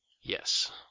Yes